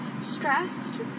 Stressed